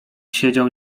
siedział